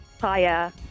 Hiya